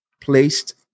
placed